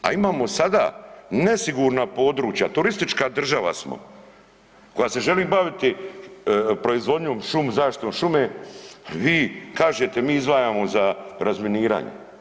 A imamo samo nesigurna područja, turistička država smo koja se želi baviti proizvodnjom, šumo zaštitom, zaštitom šume a vi kažete mi izdvajamo za razminiranje.